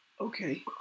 Okay